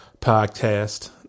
podcast